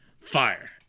fire